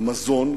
המזון,